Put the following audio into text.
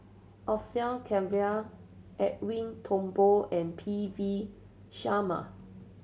Orfeur Cavenagh Edwin Thumboo and P V Sharma